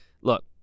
Look